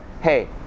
hey